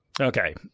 Okay